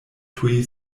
tuj